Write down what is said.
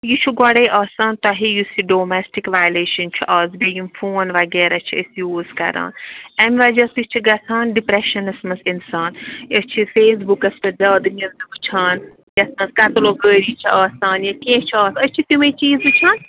یہِ چھُ گۄڈَے آسان تۄہہِ یُس یہِ ڈومیٮسٹِک وایلیشَن چھُ اَز بیٚیہِ یِم فون وَغیرہ چھِ أسۍ یوٗز کَران اَمہِ وَجہ سۭتۍ چھِ گَژھان ڈِپریٮ۪شَنَس منٛز اِنسان أسۍ چھِ فیس بُکَس پٮ۪ٹھ زیادٕ نیوزٕ وٕچھان یَتھ منٛز کَتلو گٲری چھِ آسان یا کیٚنٛہہ چھِ آسان أسۍ چھِ تِمَے چیٖز وٕچھان